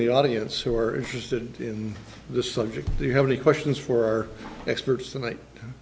the audience who are interested in the subject do you have any questions for our experts tonight